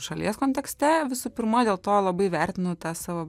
šalies kontekste visų pirma dėl to labai vertinu tą savo